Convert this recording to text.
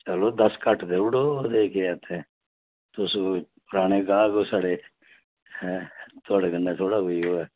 चलो दस घट्ट देउड़ो ओह्दे च केह् ऐ इत्थे तुस पराने गाह्क ओ साढ़े ऐं थुआड़े कन्नै थोह्ड़ा कोई ओह् ऐ